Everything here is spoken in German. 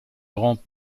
grand